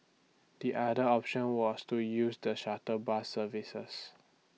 the other option was to use the shuttle bus services